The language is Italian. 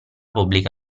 pubblica